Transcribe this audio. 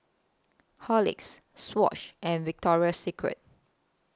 Horlicks Swatch and Victoria Secret